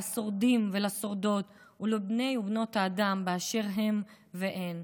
לשורדים ולשורדות ולבני ובנות האדם באשר הם והן.